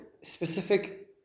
specific